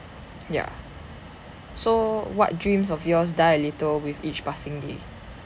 ya so what dreams of yours die a little with each passing day